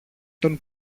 τον